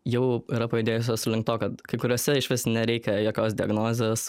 jau yra pajudėjusios link to kad kai kuriose išvis nereikia jokios diagnozės